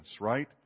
right